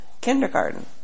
kindergarten